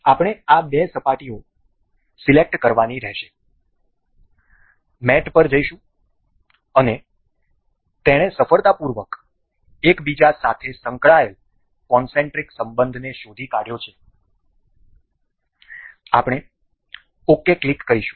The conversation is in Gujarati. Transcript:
આપણે આ બે સપાટીઓ સિલેક્ટ કરવાની રહેશે મેટ પર જઈશું અને તેણે સફળતાપૂર્વક એકબીજા સાથે સંકળાયેલ કોનસેન્ટ્રિક સંબંધને શોધી કાઢ્યો છે આપણે ok ક્લિક કરીશું